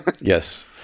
Yes